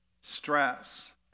stress